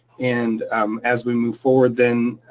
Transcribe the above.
and um as we move forward then,